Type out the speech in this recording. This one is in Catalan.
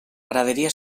graderia